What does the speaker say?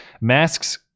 Masks